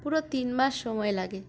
পুরো তিন মাস সময় লাগে